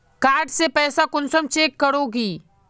Card से पैसा कुंसम चेक करोगी?